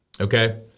Okay